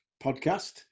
podcast